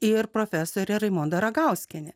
ir profesorė raimonda ragauskienė